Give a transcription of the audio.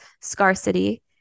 scarcity